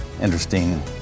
interesting